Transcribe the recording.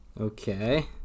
Okay